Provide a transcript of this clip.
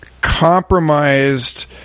compromised